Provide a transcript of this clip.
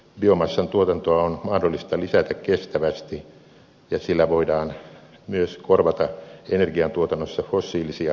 biomassan tuotantoa on mahdollista lisätä kestävästi ja sillä voidaan myös korvata energiantuotannossa fossiilisia tuontipolttoaineita